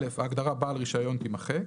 (א)ההגדרה "בעל רישיון" תימחק,